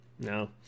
no